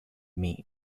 meet